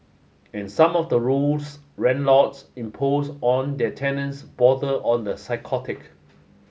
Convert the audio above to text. and some of the rules landlords impose on their tenants border on the psychotic